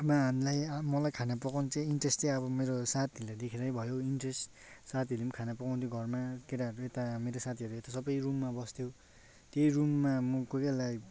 हामीलाई मलाई खाना पकउनु चाहिँ इन्ट्रेस चाहिँ अब मेरो साथीहरूलाई देखेरै भयो इन्ट्रेस साथीहरूले पनि खाना पकाउँथ्यो घरमा केटाहरूले यता मेरो साथीहरूले सबै रुममा बस्थ्यो त्यही रुममा म कोही कोही बेला